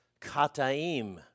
kataim